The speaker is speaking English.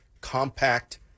compact